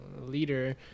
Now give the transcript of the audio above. leader